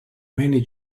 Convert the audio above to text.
many